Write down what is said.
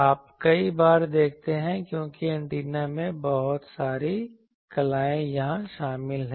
आप कई बार देखते हैं क्योंकि एंटीना में बहुत सारी कलाएँ यहाँ शामिल हैं